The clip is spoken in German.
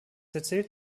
erzählt